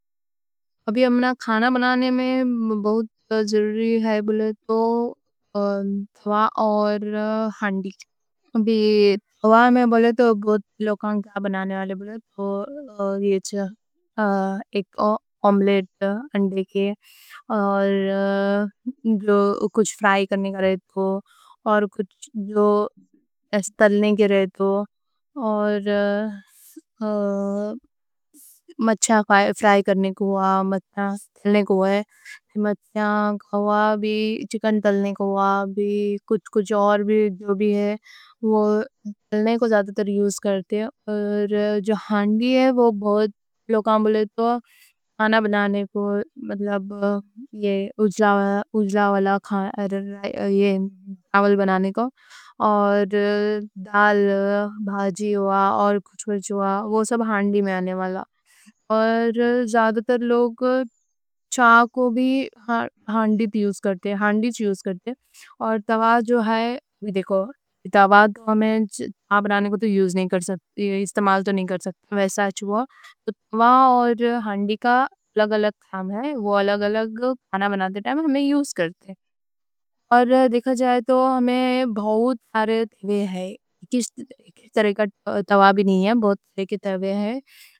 ابھی ہمنا کھانا بنانے میں بہت ضروری ہے بولے تو توّا اور ہانڈی۔ اب توّا میں بولے تو یہی ایک آملیٹ انڈے کے اور کچھ فرائی کرنے کا رہتا۔ تو اور کچھ جو اِس تلنے کے رہتا تو اور مچھاں فرائی کرنے کو ہُوا، خوا بھی چکن۔ تلنے کو وے بھی کچھ اور بھی جو بھی ہے وہ تلنے کو زیادہ تر یوز کرتے ہیں۔ اور جو ہانڈی ہے وہ بہت لوگاں بولے تو کھانا بنانے کو اُبلا والا کھانا اومل بنانے کو اور دال بھاجی ہُوا۔ اور کچھ کچھ ہُوا وہ سب ہانڈی میں آنے والا۔ اور زیادہ تر لوگ چائے کو بھی ہانڈی پہ یوز کرتے اور توّا جو ہے دیکھو، توّا اور ہانڈی کا الگ الگ کھانا بناتے ٹائم ہمنا یوز کرتے ہیں۔ ہانڈی کا الگ الگ کام ہے، وہ الگ الگ۔ اور دیکھا جائے تو ہمنا بہت سارے طریقے ہیں، کس طرح کا توّا بھی نہیں، بہت سارے توّے ہیں۔